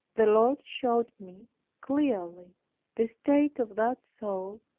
the lord showed me clearly the state of that soul,